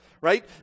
Right